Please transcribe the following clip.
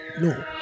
No